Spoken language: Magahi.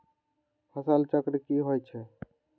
फसल चक्र की होइ छई?